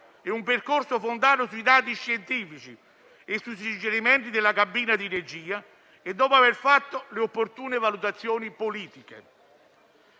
e un percorso fondato sui dati scientifici e sui suggerimenti della cabina di regia, dopo aver fatto le opportune valutazioni politiche.